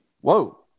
Whoa